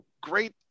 Great